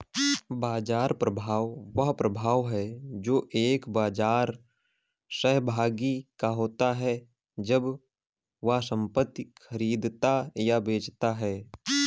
बाजार प्रभाव वह प्रभाव है जो एक बाजार सहभागी का होता है जब वह संपत्ति खरीदता या बेचता है